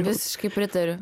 visiškai pritariu